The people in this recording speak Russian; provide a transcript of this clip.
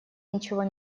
ничего